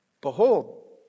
Behold